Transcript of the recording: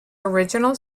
original